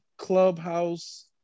Clubhouse